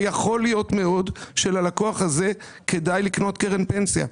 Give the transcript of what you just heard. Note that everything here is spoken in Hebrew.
ויכול להיות מאוד שללקוח הזה כדאי לקנות קרן פנסיה.